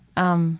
um